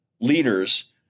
leaders